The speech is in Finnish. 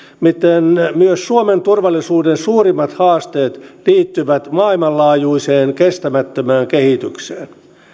miten myös suomen turvallisuuden suurimmat haasteet liittyvät maailmanlaajuiseen kestämättömään kehitykseen